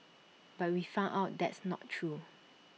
but we found out that's not true